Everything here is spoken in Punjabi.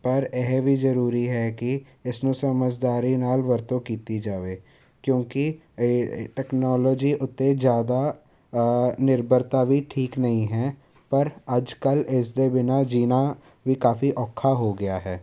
ਪਰ ਇਹ ਵੀ ਜ਼ਰੂਰੀ ਹੈ ਕਿ ਇਸ ਨੂੰ ਸਮਝਦਾਰੀ ਨਾਲ ਵਰਤੋਂ ਕੀਤੀ ਜਾਵੇ ਕਿਉਂਕਿ ਤਕਨੋਲੋਜੀ ਉੱਤੇ ਜ਼ਿਆਦਾ ਨਿਰਭਰਤਾ ਵੀ ਠੀਕ ਨਹੀਂ ਹੈ ਪਰ ਅੱਜ ਕੱਲ੍ਹ ਇਸ ਦੇ ਬਿਨਾਂ ਜੀਣਾ ਵੀ ਕਾਫ਼ੀ ਔਖਾ ਹੋ ਗਿਆ ਹੈ